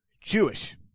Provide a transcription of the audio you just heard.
Jewish